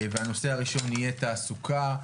והנושא הראשון יהיה תעסוקה,